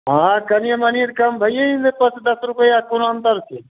हँ कनी मनी कम भइए ने जेतै पाँच दस रुपआ कोन अन्तर छै